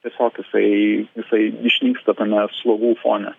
tiesiog jisai jisai išnyksta tame slogų fone